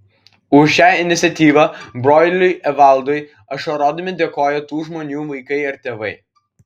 už šią iniciatyvą broliui evaldui ašarodami dėkojo tų žmonių vaikai ar tėvai